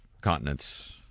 continent's